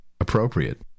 appropriate